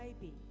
baby